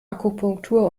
akupunktur